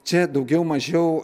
čia daugiau mažiau